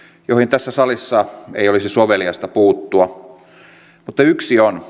tässä salissa ei olisi soveliasta puuttua mutta yksi on